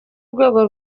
rwego